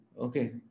Okay